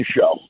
show